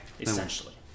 Essentially